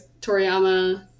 Toriyama